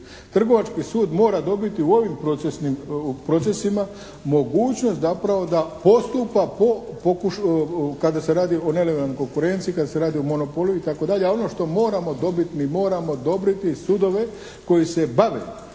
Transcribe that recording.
Trgovački sud mora dobiti u ovim procesima mogućnost zapravo da postupa po, kada se radi o nelojalnoj konkurenciji, kad se radi o monopolu itd., a ono što moramo dobiti mi moramo odobriti sudove koji se bave